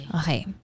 Okay